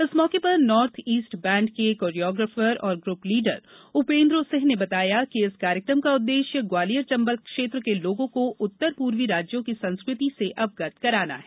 इस मौके पर नॉर्थ ईस्ट बैंड के कोरियोग्राफर व ग्रूप लीडर उपेन्द्रो सिंह ने बताया कि इस कार्यक्रम का उद्देश्य ग्वालियर चंबल क्षेत्र के लोगों को उत्तर पूर्वी राज्यों की संस्कृति से अवगत कराना है